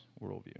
worldview